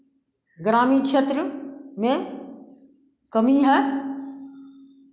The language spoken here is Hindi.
ग्रामीण क्षेत्र में में कमी है